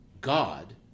God